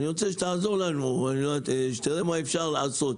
אני רוצה שתעזור לנו, שתראה מה אפשר לעשות.